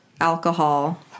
alcohol